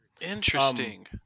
Interesting